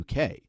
UK